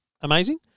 amazing